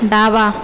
डावा